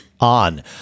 On